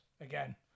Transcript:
again